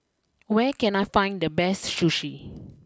where can I find the best Sushi